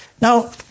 Now